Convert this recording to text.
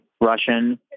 Russian